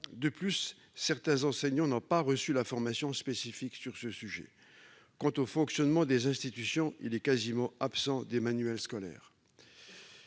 De plus, certains enseignants n'ont pas reçu de formation spécifique sur ce sujet. Quant au fonctionnement des institutions, il est quasiment absent des manuels scolaires.